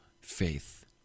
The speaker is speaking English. faith